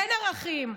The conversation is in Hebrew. אין ערכים.